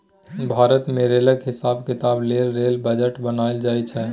भारत मे रेलक हिसाब किताब लेल रेल बजट बनाएल जाइ छै